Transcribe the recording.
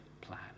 plan